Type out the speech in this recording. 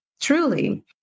truly